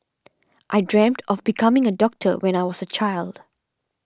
I dreamt of becoming a doctor when I was a child